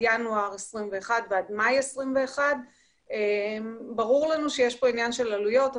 ינואר 2021 ועד מאי 2021. ברור שיש עניין של עלויות,